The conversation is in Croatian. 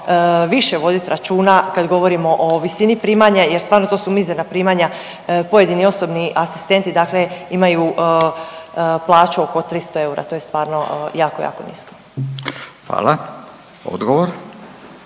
više vodit računa kad govorimo o visini primanja jer stvarno, to su mizerna primanja pojedini osobni asistenti dakle imaju plaću oko 300 eura, to je stvarno jako, jako nisko. **Radin,